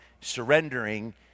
surrendering